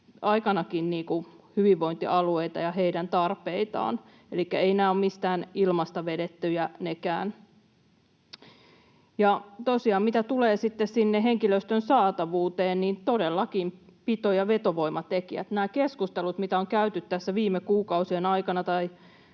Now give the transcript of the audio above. aikanakin hyvinvointialueita ja heidän tarpeitaan. Elikkä eivät nämäkään ole mistään ilmasta vedettyjä. Tosiaan mitä tulee sitten sinne henkilöstön saatavuuteen, niin todellakin pito‑ ja vetovoimatekijät: Nämä keskustelut, mitä on käyty tässä viime kuukausien aikana